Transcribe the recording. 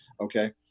Okay